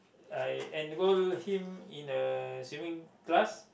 I enroll him in a swimming class